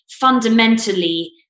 fundamentally